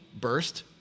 burst